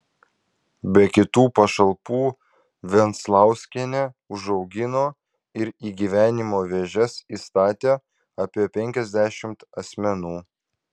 be kitų pašalpų venclauskienė užaugino ir į gyvenimo vėžes įstatė apie penkiasdešimt asmenų